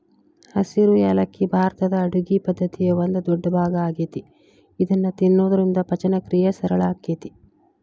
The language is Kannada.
ಹಸಿರು ಯಾಲಕ್ಕಿ ಭಾರತದ ಅಡುಗಿ ಪದ್ದತಿಯ ಒಂದ ದೊಡ್ಡಭಾಗ ಆಗೇತಿ ಇದನ್ನ ತಿನ್ನೋದ್ರಿಂದ ಪಚನಕ್ರಿಯೆ ಸರಳ ಆಕ್ಕೆತಿ